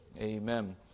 Amen